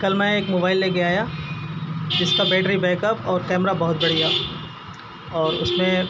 کل میں ایک موبائل لے کے آیا اس کا بیٹری بیک اپ اور کیمرہ بہت بڑھیا اور اس میں